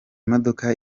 modoka